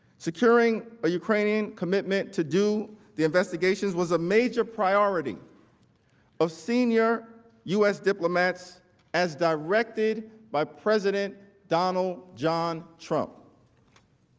securing his ah ukrainian commitment to do the investigations was a major priority of senior u s. diplomats as directed by president donald john trump.